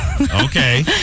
okay